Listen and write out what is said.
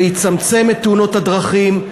זה יצמצם את תאונות הדרכים,